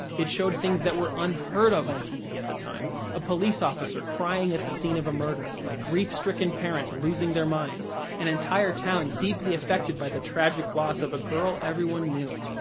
it showed things that were unheard of on tv at the time a police officer crying at the scene of a murder, grief-stricken parents losing their minds, an entire town deeply affected by the tragic loss of a girl everyone knew.